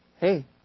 Hey